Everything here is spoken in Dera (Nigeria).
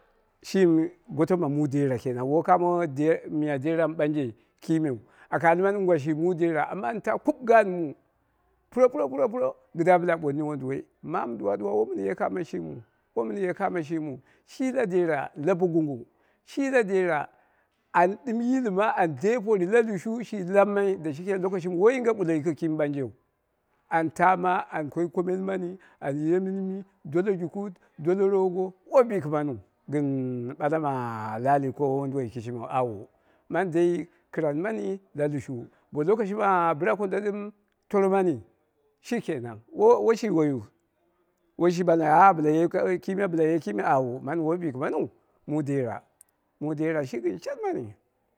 Shimi goto ma mu dera kenan woi kamo miya dera mɨ ɓanjeu kimi aka almai inga shi mu derai amma an taa kub gaan mu purepuro puropuro kɨdda bɨla ɓooni wonduwoi ɗuwa ɗuwa wo mɨn ye kamo shimiu, shi na dera ni bogonggo, shi na dera an ɗɨm yilma an de pori la lushu shi lammai da shike lokoshin woi yinge ɓullo ki mɨ ɓanjeu, an taama an koi komen mani dole jukut, dole rogo woi bikimani woi bikimaniu gɨn ɓala ma la ali ko wonduwoi kishimiu auwo mani dei kɨran mani la lushu ki ma bɨrakondo ɗɨm tomo mani, shi kenan wo woi shi woiyu woishi ah bɨla ye kime bɨla ye kime auo woi bikimaniu mu dera, mu dera shi gɨn shemmani.